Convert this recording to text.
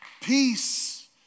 Peace